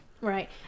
Right